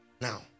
now